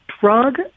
drug